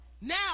Now